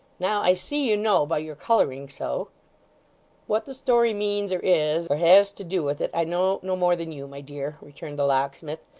now i see you know by your colouring so what the story means, or is, or has to do with it, i know no more than you, my dear returned the locksmith,